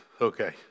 okay